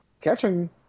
catching